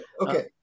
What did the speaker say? okay